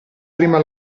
prima